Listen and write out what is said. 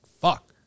fuck